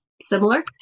similar